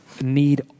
need